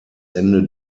ende